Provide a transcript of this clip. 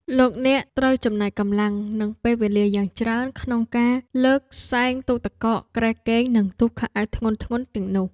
លោកអ្នកត្រូវចំណាយកម្លាំងនិងពេលវេលយ៉ាងច្រើនក្នុងការលើកសែងទូទឹកកកគ្រែគេងនិងទូខោអាវធ្ងន់ៗទាំងនោះ។